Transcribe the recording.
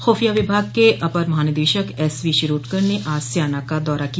खुफिया विभाग के अपर महानिदेशक एस वी शिरोडकर ने आज स्याना का दौरा किया